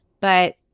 but-